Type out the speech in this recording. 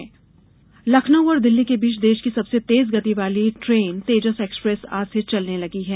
तेजस लखनऊ और दिल्ली के बीच देश की सबसे तेजगति वाली ट्रेन तेजस एक्सप्रेस आज से चलने लगी है